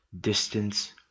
distance